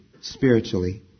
spiritually